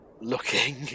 looking